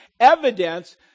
evidence